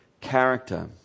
character